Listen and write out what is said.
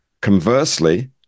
Conversely